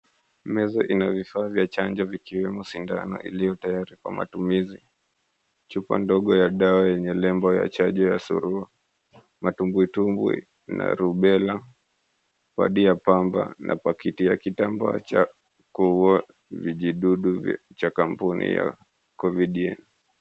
Meza ina vifa vya chanjo, vikiwemo, sindano iliyotayari kwa matumizi. Chupa ndogo ya dawa yenye lembo ya chanjo ya suruwa, matumbwitumbwi na rubela, wadi ya pamba na pakiti ya kitambo cha kuviua vijidudu cha kampuni ya kovidie.